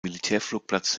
militärflugplatz